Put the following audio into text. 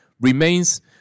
remains